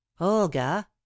olga